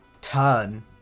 turn